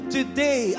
Today